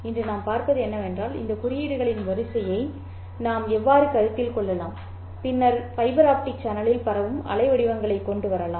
இன்று நாம் பார்ப்பது என்னவென்றால் இந்த குறியீடுகளின் வரிசையை நாம் எவ்வாறு கருத்தில் கொள்ளலாம் பின்னர் ஃபைபர் ஆப்டிக் சேனலில் பரவும் அலைவடிவங்களைக் கொண்டு வரலாம்